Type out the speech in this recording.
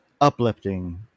uplifting